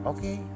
Okay